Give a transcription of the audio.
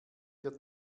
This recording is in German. der